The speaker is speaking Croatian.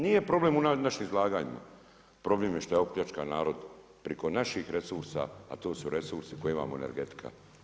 Nije problem u našim izlaganjima, problem je što je opljačkan narod priko naših resursa, a to su resursi koje imamo energetika.